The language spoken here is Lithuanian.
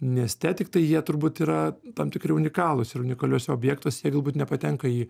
mieste tik tai jie turbūt yra tam tikri unikalūs ir unikaliuose objektuose jie galbūt nepatenka į